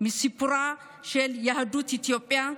מסיפורה של יהדות אתיופיה,